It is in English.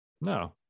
No